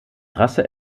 rasse